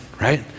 right